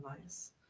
nice